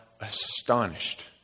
astonished